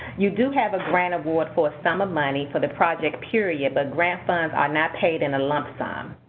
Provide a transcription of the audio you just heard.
you do have a grant award for a sum of money for the project period, but grant funds are not paid in a lump sum.